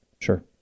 Sure